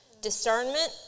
Discernment